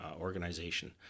organization